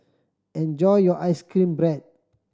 enjoy your ice cream bread